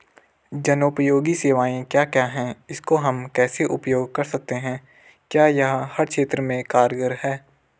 जनोपयोगी सेवाएं क्या क्या हैं इसको हम कैसे उपयोग कर सकते हैं क्या यह हर क्षेत्र में कारगर है?